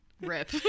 rip